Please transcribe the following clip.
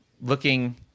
looking